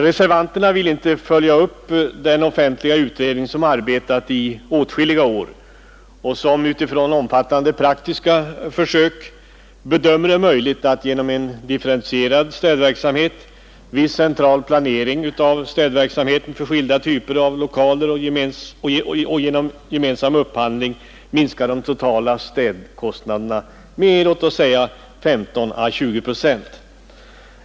Reservanterna vill inte följa upp den offentliga utredning som arbetat i åtskilliga år och som utifrån omfattande praktiska försök bedömer det möjligt att genom en differentierad städverksamhet, viss central planering av städverksamheten för skilda typer av lokaler och genom gemensam upphandling minska de totala städkostnaderna med låt oss säga 15—20 procent.